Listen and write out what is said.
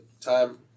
Time